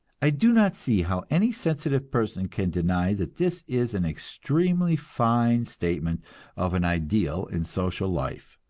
i do not see how any sensitive person can deny that this is an extremely fine statement of an ideal in social life.